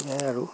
সেয়াই আৰু